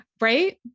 Right